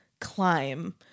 climb